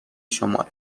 شمال